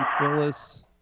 Phyllis